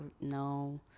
no